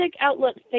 Outlook